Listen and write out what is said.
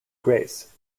grace